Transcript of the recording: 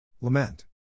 Lament